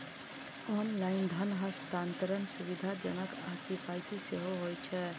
online धन हस्तांतरण सुविधाजनक आ किफायती सेहो होइ छै